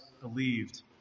believed